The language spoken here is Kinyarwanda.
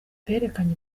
berekanye